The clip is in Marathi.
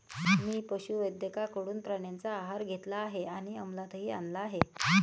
मी पशुवैद्यकाकडून प्राण्यांचा आहार घेतला आहे आणि अमलातही आणला आहे